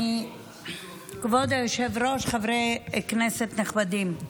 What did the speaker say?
כבוד היושב-ראש, חברי כנסת נכבדים,